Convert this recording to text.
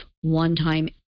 one-time